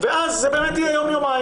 ואז זה באמת יהיה יום-יומיים.